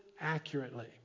accurately